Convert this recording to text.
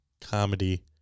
comedy